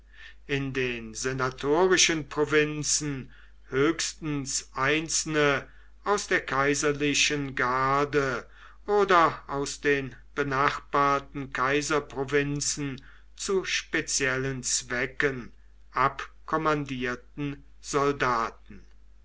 in den senatorischen provinzen höchstens einzelne aus der kaiserlichen garde oder aus den benachbarten kaiserprovinzen zu speziellen zwecken abkommandierte soldaten